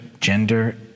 gender